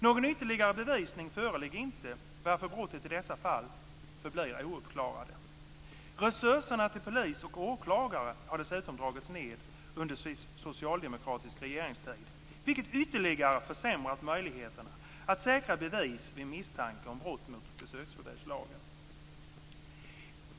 Någon ytterligare bevisning föreligger inte varför brotten i dessa fall förblir ouppklarade. Resurserna till polis och åklagare har dessutom dragits ned under socialdemokratisk regeringstid, vilket ytterligare har försämrat möjligheterna att säkra bevis vid misstanke om brott mot besöksförbudslagen.